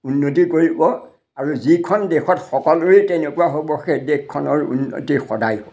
উন্নতি কৰিব আৰু যিখন দেশত সকলোৰেই তেনেকুৱা হ'ব সেই দেশখনৰ উন্নতি সদায় হ'ব